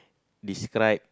describe